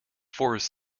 forest